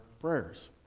prayers